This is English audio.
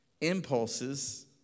impulses